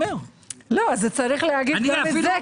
צריך לומר את זה.